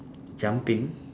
jumping